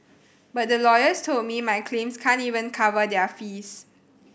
but the lawyers told me my claims can't even cover their fees